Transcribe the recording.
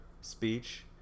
speech